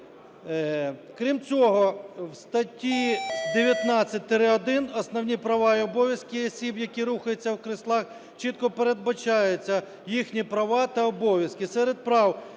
Крім цього в статті 19-1 "Основні права і обов'язки осіб, які рухаються в кріслах" чітко передбачаються їхні права та обов'язки. Серед прав